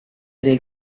del